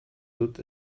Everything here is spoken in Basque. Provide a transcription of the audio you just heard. dut